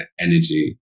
energy